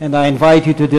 במשך 20 שנה,